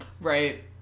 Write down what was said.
Right